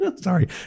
Sorry